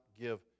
give